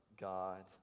God